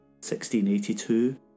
1682